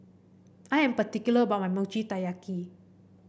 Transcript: I am particular about my Mochi Taiyaki